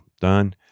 Done